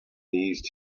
these